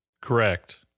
correct